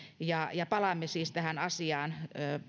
ja ja palaamme siis tähän asiaan